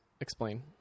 explain